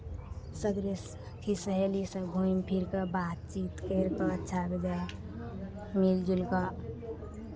सगरे फिर सहेलीसभ घुमि फिरि कऽ बातचीत करि कऽ अच्छा बेजाय मिलि जुलि कऽ